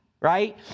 right